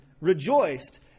rejoiced